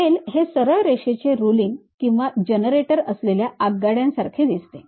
rail हे सरळ रेषेचे रुलिंग किंवा जनरेटर असलेल्या आगगाड्यांसारखे असते